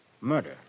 Murder